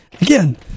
Again